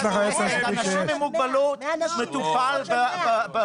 של אנשים עם מוגבלות מטופל בחוק אחר.